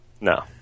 No